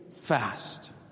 fast